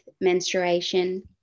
menstruation